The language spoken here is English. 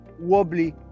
wobbly